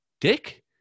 Dick